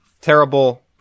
Terrible